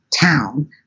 town